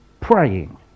praying